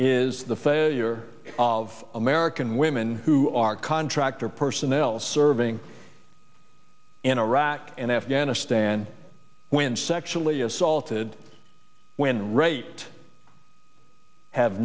is the failure of american women who are contractor personnel serving in iraq and afghanistan when sexually assaulted when rate have